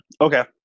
Okay